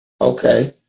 Okay